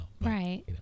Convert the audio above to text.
Right